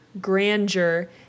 grandeur